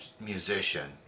musician